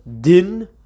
Din